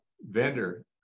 vendor